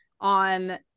on